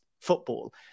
football